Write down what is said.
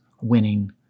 winning